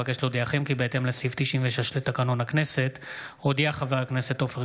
אבקש להודיעכם כי בהתאם לסעיף 96 לתקנון הכנסת הודיע חבר הכנסת עופר